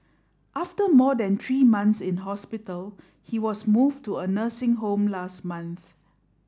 after more than three months in hospital he was moved to a nursing home last month